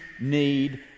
need